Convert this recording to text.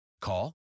Call